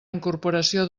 incorporació